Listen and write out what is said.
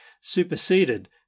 superseded